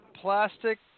plastic